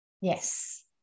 Yes